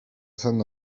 sen